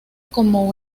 como